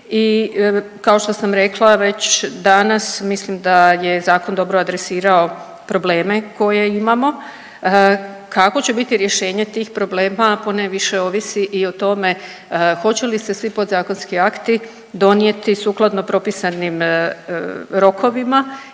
i kao što sam rekla već danas, mislim da je Zakon dobro adresirao probleme koje imamo. Kakvo će biti rješenje tih problema ponajviše ovisi o tome hoće li se svi podzakonski akti donijeti sukladno propisanim rokovima